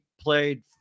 played